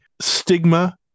stigma